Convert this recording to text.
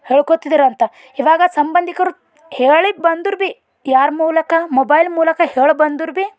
ಹೇಳ್ಕೊತಿದರಂತ ಈವಾಗ ಸಂಬಂಧಿಕರು ಹೇಳಿ ಬಂದರೂ ಭೀ ಯಾರ ಮೂಲಕ ಮೊಬೈಲ್ ಮೂಲಕ ಹೇಳಿ ಬಂದರೂ ಭೀ